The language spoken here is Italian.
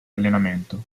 allenamento